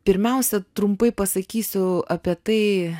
pirmiausia trumpai pasakysiu apie tai